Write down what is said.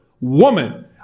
woman